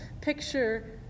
picture